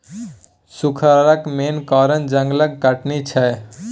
सुखारक मेन कारण जंगलक कटनी छै